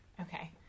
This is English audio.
Okay